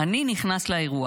"אני נכנס לאירוע",